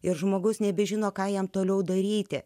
ir žmogus nebežino ką jam toliau daryti